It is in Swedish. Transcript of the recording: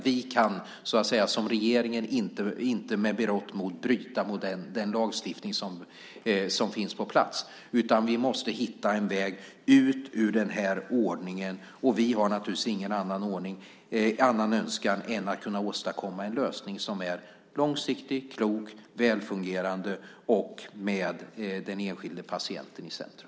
Vi kan som regering inte med berått mod bryta mot den lagstiftning som finns på plats utan vi måste hitta en väg ut ur den här ordningen. Vi har naturligtvis ingen annan önskan än att kunna åstadkomma en lösning som är långsiktig, klok och välfungerande och som har den enskilde patienten i centrum.